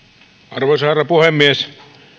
arvoisa herra puhemies